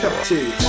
Two